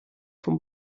vom